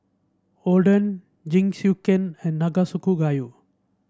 Oden Jingisukan and Nanakusa Gayu